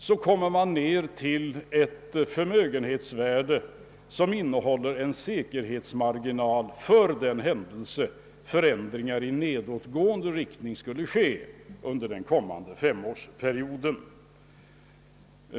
Då kommer man ned till ett förmögenhetsvärde, som innehåller en säkerhetsmarginal för den händelse förändringar i nedåtgående riktning skulle ske under den kommande femårsperioden.